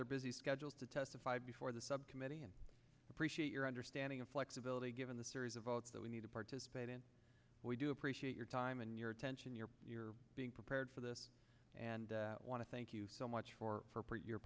their busy schedule to testify before the subcommittee and appreciate your understanding of flexibility given the series of votes that we need to participate and we do appreciate your time and your attention your you're being prepared for this and i want to thank you so much for your